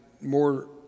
more